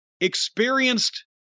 experienced